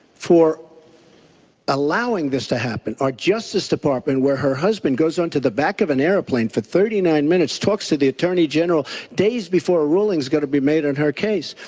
for allowing this to happen. our justice department where her husband goes on to the back of an airplane for thirty nine minutes, talks to the attorney general days before a ruling has to be made on her case.